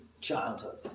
childhood